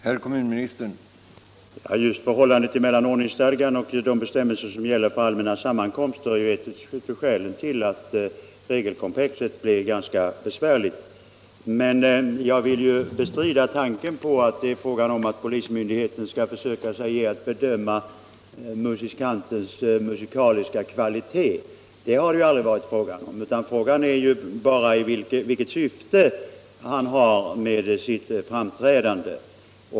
Herr talman! Förhållandet mellan ordningsstadgan och de bestämmelser som gäller för allmänna sammankomster är ett av skälen till att regelkomplexet blir ganska besvärligt. Men jag vill bestrida att polismyndigheten skall försöka sig på att bedöma musikantens musikaliska kvalitet. Det har det aldrig varit fråga om, utan frågan är vilket syfte han har med sitt framträdande.